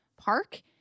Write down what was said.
Park